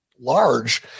large